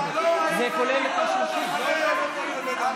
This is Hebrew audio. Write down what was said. ב-10:00 הגעת הביתה לאכול שניצלים.